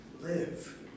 live